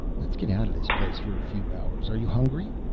let's get out of this place for a few hours. are you hungry?